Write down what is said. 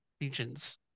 regions